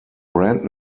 brand